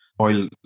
oil